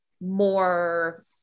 more